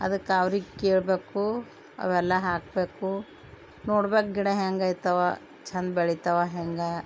ಅದಕ್ಕೆ ಅವ್ರಿಗೆ ಕೇಳಬೇಕು ಅವೆಲ್ಲ ಹಾಕಬೇಕು ನೋಡ್ಬೇಕು ಗಿಡ ಹೆಂಗ್ ಆಯ್ತವೆ ಚಂದ ಬೆಳಿತವ ಹೆಂಗೆ